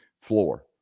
floor